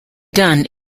done